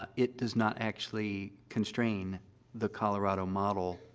ah it does not actually constrain the colorado model,